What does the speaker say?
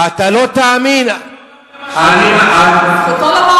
אני לא מאמין למה